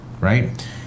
Right